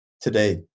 today